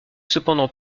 cependant